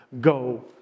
go